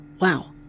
Wow